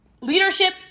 leadership